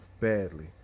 badly